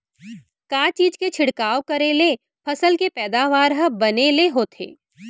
का चीज के छिड़काव करें ले फसल के पैदावार ह बने ले होथे?